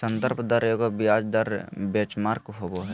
संदर्भ दर एगो ब्याज दर बेंचमार्क होबो हइ